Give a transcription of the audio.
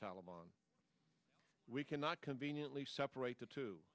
taleban we cannot conveniently separate the two